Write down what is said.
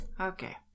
Okay